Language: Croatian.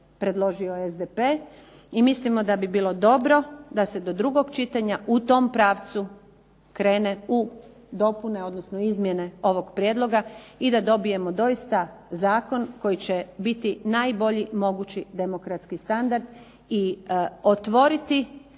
predložio SDP. I mislimo da bi bilo dobro da se do drugog čitanja u tom pravcu krene u dopune odnosno izmjene ovog prijedloga i da dobijemo doista zakon koji će biti najbolji mogući demokratski standard i otvoriti